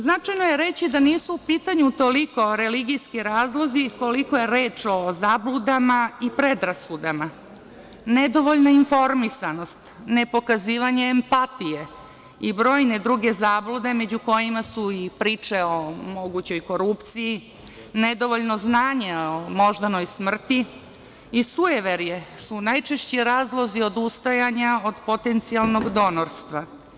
Značajno je reći da nisu u pitanju toliko religijski razlozi koliko je reč o zabludama i predrasudama, nedovoljna informisanost, ne pokazivanje empatije i brojne druge zablude, među kojima su i priče o mogućoj korupciji, nedovoljno znanja o moždanoj smrti i sujeverje su najčešći razlozi za odustajanje od potencijalnog donorstva.